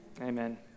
Amen